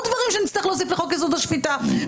דברים שנצטרך להוסיף לחוק-יסוד: השפיטה.